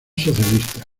socialista